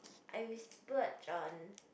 I will split John